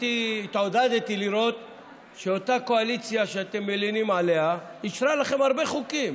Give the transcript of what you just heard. התעודדתי לראות שאותה קואליציה שאתם מלינים עליה אישרה לכם הרבה חוקים,